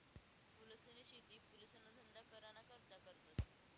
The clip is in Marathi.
फूलसनी शेती फुलेसना धंदा कराना करता करतस